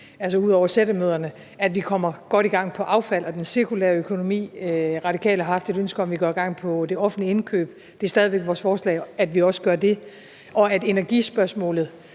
altså ud over sættemøderne, at vi kommer godt i gang med affald og den cirkulære økonomi. De Radikale har haft et ønske om, at vi går i gang med det offentliges indkøb; det er stadig væk vores forslag, at vi også gør det. Det er også